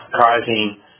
causing